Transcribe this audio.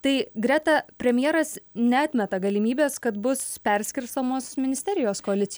tai greta premjeras neatmeta galimybės kad bus perskirstomos ministerijos koalic